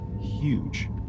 huge